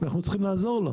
אנחנו צריכים לעזור לו.